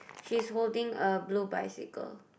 he's holding a blue bicycle